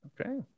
Okay